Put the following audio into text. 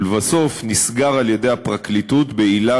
ולבסוף נסגר על-ידי הפרקליטות בעילה